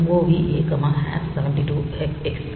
mov a 72 hex